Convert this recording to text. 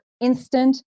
instant